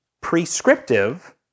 prescriptive